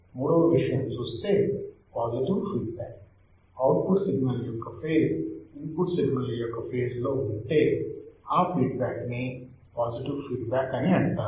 మూడవ విషయం చూస్తే positive feedback output signal యొక్క ఫేజ్ ఇన్పుట్ సిగ్నల్ యొక్క ఫేజ్ లో ఉంటే ఆ ఫీడ్ బ్యాక్ ని పాజిటివ్ ఫీడ్ బ్యాక్ అని అంటారు